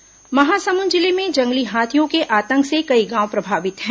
हाथी उत्पात महासमुंद जिले में जंगली हाथियों के आतंक से कई गांव प्रभावित हैं